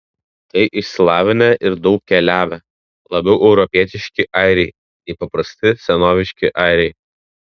tai išsilavinę ir daug keliavę labiau europietiški airiai nei paprasti senoviški airiai